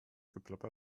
geplapper